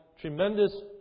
tremendous